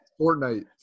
Fortnite